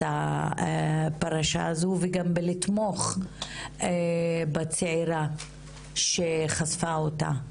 הפרשה הזו וגם בלתמוך בצעירה שחשפה אותה.